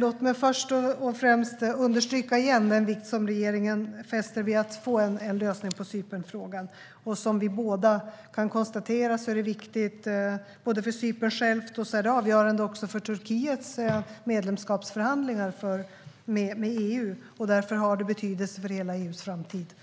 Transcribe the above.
Låt mig först och främst återigen understryka den vikt som regeringen fäster vid att få en lösning på Cypernfrågan. Som vi båda kan konstatera är det både viktigt för Cypern självt och avgörande för Turkiets medlemskapsförhandlingar med EU, och därför har det betydelse för hela EU:s framtid.